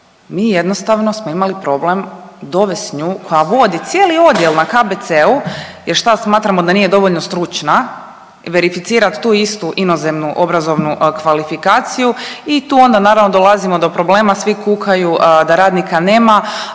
mi jednostavno smo imali problem dovest nju koja vodi cijeli odjel na KBC-u jel šta smatramo da nije dovoljno stručna, verificirat tu istu inozemnu obrazovnu kvalifikaciju i tu onda naravno dolazimo do problema, svi kukaju da radnika nema,